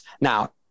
Now